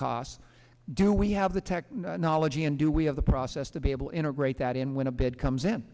cost do we have the technology and do we have the process to be able integrate that in when a bid comes in